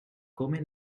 come